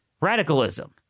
radicalism